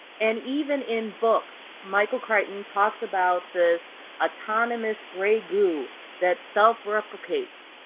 and even in books, michael crichton talks about this autonomous gray goo that self-replicates.